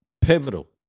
Pivotal